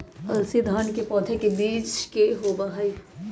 अलसी सन के पौधे के बीज होबा हई